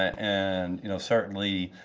and you know certainly,